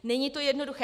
Není to jednoduché.